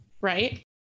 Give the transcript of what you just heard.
right